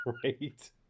Great